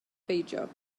beidio